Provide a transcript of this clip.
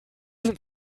sind